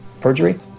Perjury